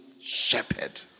shepherd